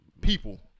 People